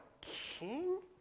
king